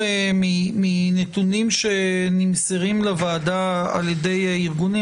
מנתונים שנמסרים לוועדה על ידי הארגונים,